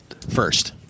first